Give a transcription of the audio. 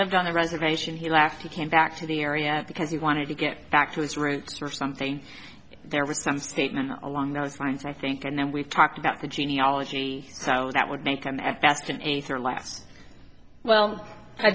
lived on a reservation he laughed he came back to the area because he wanted to get back to his roots or something there were some statement along those lines i think and then we've talked about the genealogy so that would make them at best an eighth or less well i